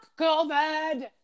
COVID